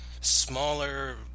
smaller